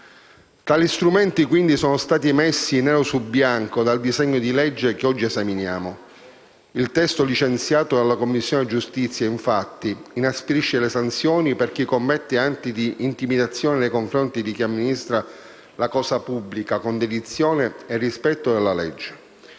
Tali strumenti, quindi, sono stati messi nero su bianco dal disegno di legge che oggi esaminiamo. Il testo licenziato dalla Commissione giustizia, infatti, inasprisce le sanzioni per chi commette atti di intimidazione nei confronti di chi amministra la cosa pubblica con dedizione e rispetto della legge.